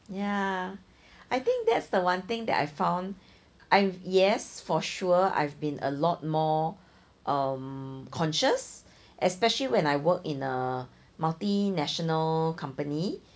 ya I think that's the one thing that I found I yes for sure I've been a lot more um conscious especially when I work in a multinational company